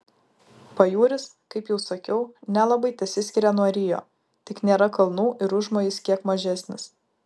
pajūris kaip jau sakiau nelabai tesiskiria nuo rio tik nėra kalnų ir užmojis kiek mažesnis